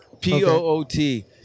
P-O-O-T